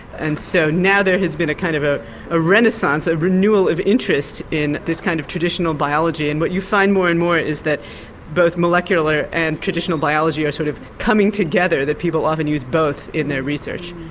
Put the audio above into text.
and so now there has been a kind of ah ah renaissance, a renewal of interest in this kind of traditional biology. and what you find more and more is that both molecular and traditional biology are sort of coming together, that people often use both in their research.